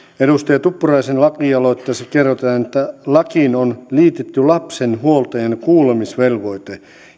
edustaja tuppuraisen lakialoitteessa kerrotaan että lakiin on liitetty lapsen huoltajan kuulemisvelvoite